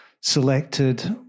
selected